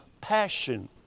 passion